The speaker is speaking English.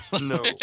No